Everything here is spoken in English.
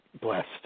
blessed